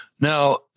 Now